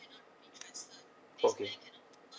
okay